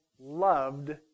loved